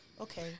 Okay